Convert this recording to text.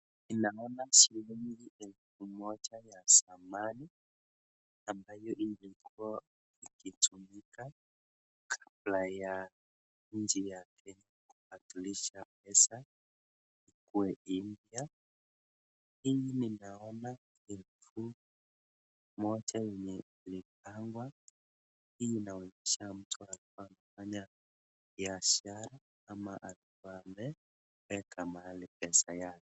Ninaona shilingi elfu moja ya zamani ambayo ilikua inatumika kabla nchi ya Kenya kubadilisha pesa ikue mpya, hii ninaona elfu moja yenye ilipangwa hii inaonyesha mtu alikua amefanya biashara ama alikua ameweka mahali pesa yake.